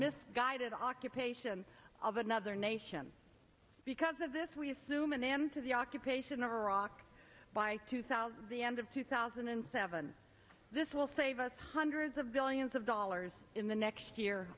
misguided occupation of another nation because of this we assume an end to the occupation of iraq by two thousand the end of two thousand and seven this will save us hundreds of billions of dollars in the next year